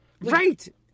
Right